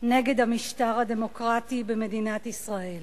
נגד המשטר הדמוקרטי במדינת ישראל.